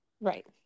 right